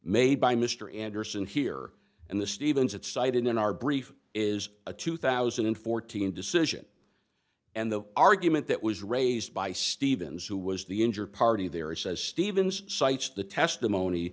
made by mr anderson here and the stevens that cited in our brief is a two thousand and fourteen decision and the argument that was raised by stevens who was the injured party there says stevens cites the testimony